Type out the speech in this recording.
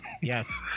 Yes